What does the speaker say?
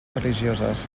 religioses